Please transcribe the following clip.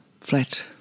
flat